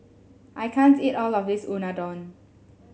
I can't eat all of this Unadon